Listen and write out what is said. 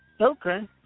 Okay